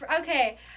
okay